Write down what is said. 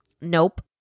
nope